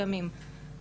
ההורים לא שם.